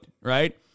right